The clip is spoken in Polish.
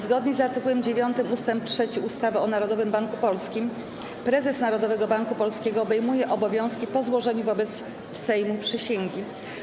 Zgodnie z art. 9 ust. 3 ustawy o Narodowym Banku Polskim prezes Narodowego Banku Polskiego obejmuje obowiązki po złożeniu wobec Sejmu przysięgi.